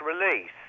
release